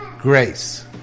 Grace